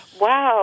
wow